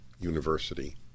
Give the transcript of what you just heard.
university